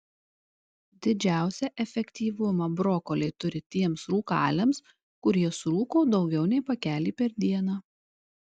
didžiausią efektyvumą brokoliai turi tiems rūkaliams kurie surūko daugiau nei pakelį per dieną